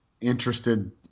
interested